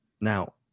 Now